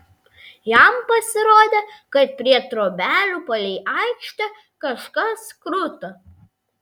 jam pasirodė kad prie trobelių palei aikštę kažkas kruta